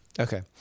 okay